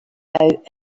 out